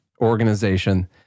organization